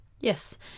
Yes